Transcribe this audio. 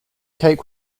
cake